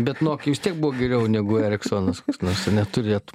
bet nokia vis tiek buvo geriau negu eriksonas nors ir neturėtų